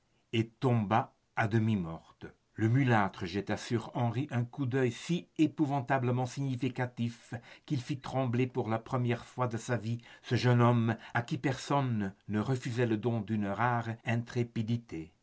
et tomba demi-morte le mulâtre jeta sur henri un coup d'œil si épouvantablement significatif qu'il fit trembler pour la première fois de sa vie ce jeune homme à qui personne ne refusait le don d'une rare intrépidité